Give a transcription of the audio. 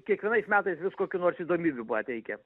kiekvienais metais vis kokių nors įdomybių pateikia